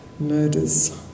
Murders